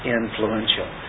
influential